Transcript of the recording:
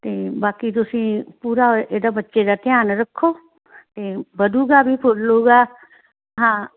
ਅਤੇ ਬਾਕੀ ਤੁਸੀਂ ਪੂਰਾ ਇਹਦਾ ਬੱਚੇ ਦਾ ਧਿਆਨ ਰੱਖੋ ਤੇ ਵਧੇਗਾ ਵੀ ਫੱਲੇਗਾ ਹਾਂ